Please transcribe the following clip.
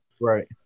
Right